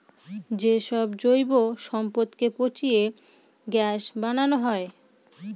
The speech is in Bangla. যে সব জৈব সম্পদকে পচিয়ে গ্যাস বানানো হয়